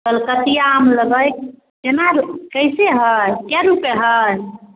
कलकतिआ आम लेबै केना कइसे हइ कए रुपैए हइ